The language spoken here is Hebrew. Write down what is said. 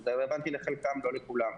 שזה רלבנטי לחלקם לא לכולם.